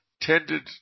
tended